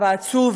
העצוב,